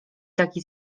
taki